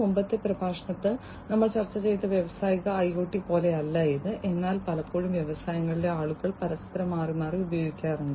മുമ്പത്തെ പ്രഭാഷണത്തിൽ ഞങ്ങൾ ചർച്ച ചെയ്ത വ്യാവസായിക IoT പോലെയല്ല ഇത് എന്നാൽ പലപ്പോഴും വ്യവസായങ്ങളിലെ ആളുകൾ പരസ്പരം മാറിമാറി ഉപയോഗിക്കാറുണ്ട്